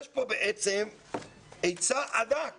יש כאן היצע ענק